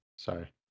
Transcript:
Sorry